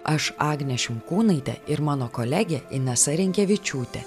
aš agnė šimkūnaitė ir mano kolegė inesa rinkevičiūtė